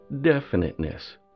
definiteness